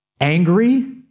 Angry